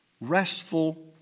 restful